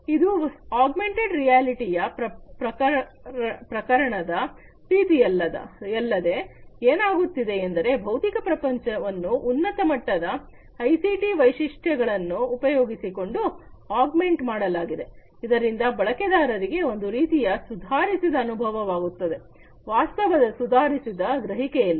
ಇದು ಆಗ್ಮೆಂಟೆಡ್ ರಿಯಾಲಿಟಿಯ ಪ್ರಕರಣದ ರೀತಿಯಲ್ಲದೆ ಏನಾಗುತ್ತಿದೆಯೆಂದರೆ ಭೌತಿಕ ಪ್ರಪಂಚವನ್ನು ಉನ್ನತಮಟ್ಟದ ಐಸಿಟಿ ವೈಶಿಷ್ಟಗಳನ್ನು ಉಪಯೋಗಿಸಿಕೊಂಡು ಆಗ್ಮೆಂಟ ಮಾಡಲಾಗಿದೆ ಇದರಿಂದ ಬಳಕೆದಾರರಿಗೆ ಒಂದು ರೀತಿಯ ಸುಧಾರಿಸಿದ ಅನುಭವವಾಗುತ್ತದೆ ವಾಸ್ತವದ ಸುಧಾರಿಸಿದ ಗ್ರಹಿಕೆಯಲ್ಲಿ